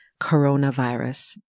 coronavirus